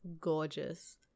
gorgeous